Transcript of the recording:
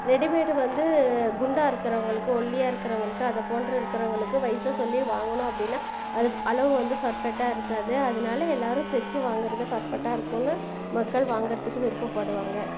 readymade வந்து குண்டாக இருக்கிறவங்களுக்கு ஒல்லியாக இருக்கிறவங்களுக்கு அதை போன்று இருக்கிறவங்களுக்கு வயச சொல்லி வாங்கினோம் அப்படின்னா அது அளவு வந்து பர்ஃபெக்டாக இருக்காது அதனால எல்லாரும் தைச்சு வாங்குறது பர்ஃபெக்டாக இருக்கும்னு மக்கள் வாங்குகிறத்துக்கு விருப்பப்படுவாங்கள்